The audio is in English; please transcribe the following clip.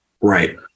Right